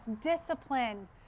discipline